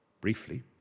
briefly